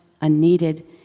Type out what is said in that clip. unneeded